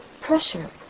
Pressure